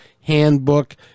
Handbook